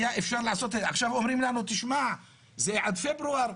עכשיו אומרים לנו זה עד פברואר,